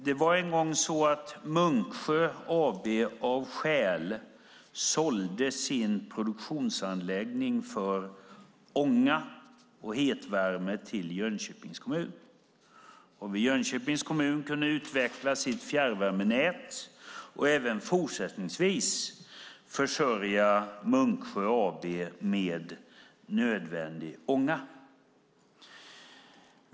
Det var en gång så att Munksjö AB av vissa skäl sålde sin produktionsanläggning för ånga och hetvärme till Jönköpings kommun. Jönköpings kommun kunde utveckla sitt fjärrvärmenät och även fortsättningsvis försörja Munksjö AB med nödvändig ånga.